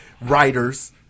writers